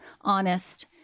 honest